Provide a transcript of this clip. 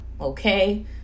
Okay